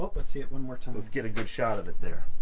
but let's see it one more time. let's get a good shot of it there.